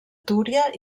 túria